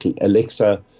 Alexa